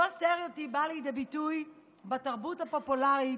אותו סטריאוטיפ בא לידי ביטוי בתרבות הפופולרית,